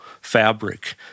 fabric